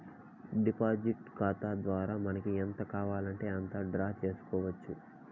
deposit ఖాతా ద్వారా మనకి ఎంత కావాలంటే అంత డ్రా చేసుకోవచ్చు